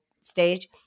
stage